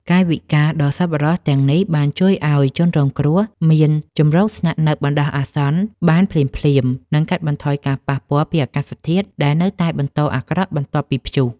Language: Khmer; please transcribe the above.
កាយវិការដ៏សប្បុរសទាំងនេះបានជួយឱ្យជនរងគ្រោះមានជម្រកស្នាក់នៅបណ្ដោះអាសន្នបានភ្លាមៗ និងកាត់បន្ថយការប៉ះពាល់ពីអាកាសធាតុដែលនៅតែបន្តអាក្រក់បន្ទាប់ពីព្យុះ។